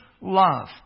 Love